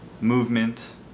movement